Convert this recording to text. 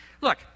Look